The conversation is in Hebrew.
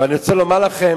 אבל אני רוצה להגיד לכם